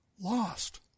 lost